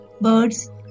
birds